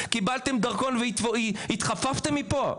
קיבלתם דרכון והתחפפתם מפה".